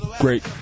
great